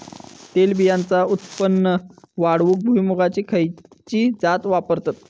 तेलबियांचा उत्पन्न वाढवूक भुईमूगाची खयची जात वापरतत?